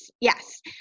Yes